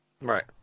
Right